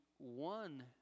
one